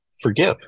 forgive